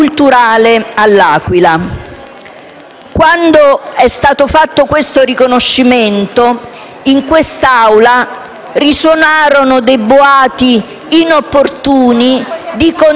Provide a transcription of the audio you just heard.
Quando venne dato siffatto riconoscimento, in quest'Aula risuonarono boati inopportuni, di contrarietà, nei confronti